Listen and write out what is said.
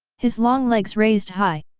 his long legs raised high.